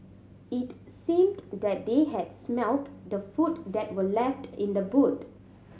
it seemed that they had smelt the food that were left in the boot